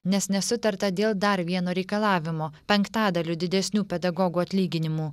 nes nesutarta dėl dar vieno reikalavimo penktadaliu didesnių pedagogų atlyginimų